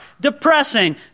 depressing